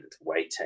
waiting